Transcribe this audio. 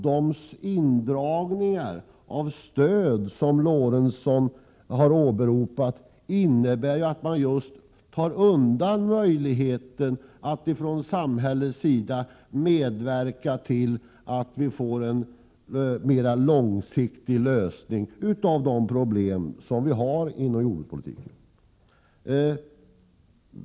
De indragningar av stöd som Lorentzon förespråkar innebär ju att vi tar bort samhällets möjlighet att medverka till en mer långsiktig lösning av jordbrukets problem.